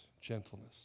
gentleness